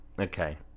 Okay